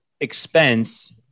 expense